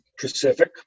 Pacific